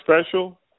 special